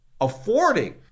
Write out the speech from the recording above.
affording